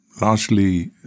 largely